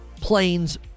planes